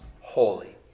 holy